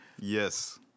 Yes